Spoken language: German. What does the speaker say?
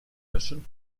löschen